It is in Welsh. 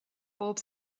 bob